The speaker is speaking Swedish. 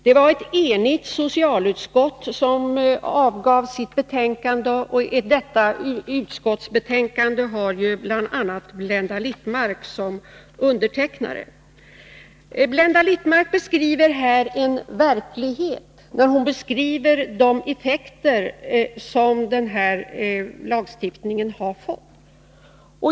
Det var ett enigt socialutskott som i sitt betänkande tillstyrkte förslaget, och detta betänkande har bl.a. Blenda Littmarck som undertecknare. Blenda Littmarck beskrev en verklighet när hon beskrev de effekter som lagstiftningen fått.